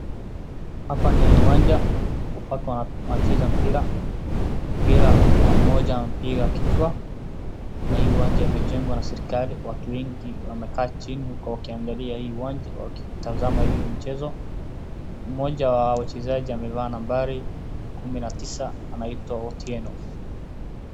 Hapa ni uwanja, watu wanacheza mpira ,pia kuna mmoja anapiga kichwa. Hii uwanja imejengwa na serikali. Watu wengi wamekaa chini huku wakiangalia hii uwanja, wakitazama hii mchezo. Mmoja wa wachezaji amevaa nambari 19, anaitwa Otieno.